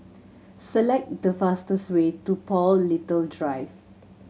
select the fastest way to Paul Little Drive